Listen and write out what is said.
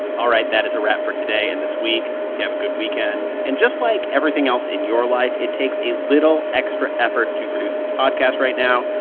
all right, that is a wrap for today and this week. hope you have a good weekend. and just like everything else in your life, it takes a little extra effort to produce this podcast right now,